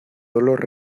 dolor